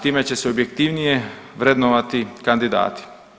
Time će se objektivnije vrednovati kandidati.